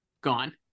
Gone